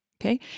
okay